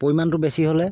পৰিমাণটো বেছি হ'লে